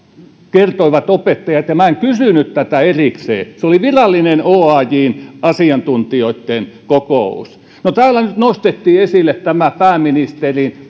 kertoivat opettajat ja minä en kysynyt tätä erikseen se oli virallinen oajn asiantuntijoitten kokous no täällä nyt nostettiin esille tämä pääministerin